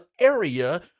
area